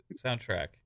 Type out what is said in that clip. soundtrack